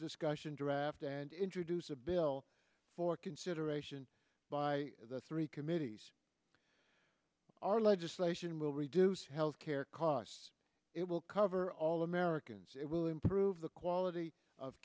discussion draft and introduce a bill for consideration by the three committees our legislation will reduce health care costs it will cover all americans it will improve the quality of